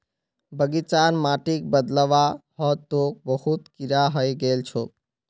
बगीचार माटिक बदलवा ह तोक बहुत कीरा हइ गेल छोक